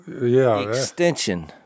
extension